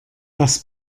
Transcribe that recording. das